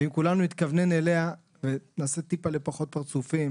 ואם כולנו נתכוונן אליה ונעשה טיפה פחות פרצופים